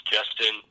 Justin